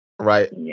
Right